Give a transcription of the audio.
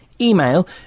email